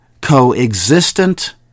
co-existent